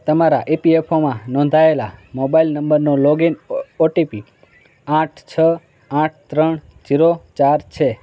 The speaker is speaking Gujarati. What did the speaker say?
તમારા ઇ પી એફ ઓમાં નોંધાયેલા મોબાઇલ નંબરનો login O O T P આઠ છ આઠ ત્રણ ઝિરો ચાર છે